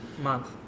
month